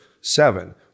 seven –